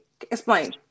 Explain